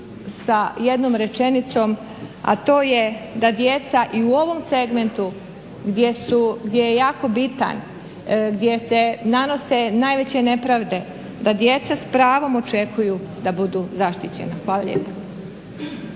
sa jednom rečenicom, a to je da djeca i u ovom segmentu gdje je jako bitan, gdje se nanose najveće nepravde da djeca s pravom očekuju da budu zaštićena. Hvala lijepa.